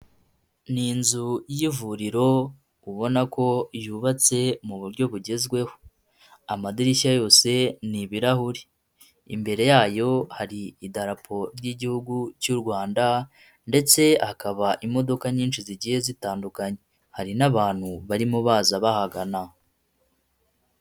Ni inzu y'ivuriro ubona ko yubatse mu buryo bugezweho, amadirishya yose ni ibirahuri, imbere yayo hari idarapo ry'Igihugu cy'u Rwanda ndetse hakaba imodoka nyinshi zigiye zitandukanye, hari n'abantu barimo baza bahagana.